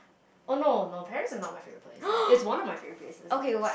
oh no no Paris is not my favourite place it's one of my favourite places but